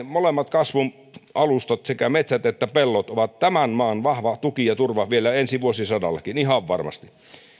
molemmat kasvun alustat sekä metsät että pellot ovat tämän maan vahva tuki ja turva vielä ensi vuosisadallakin ihan varmasti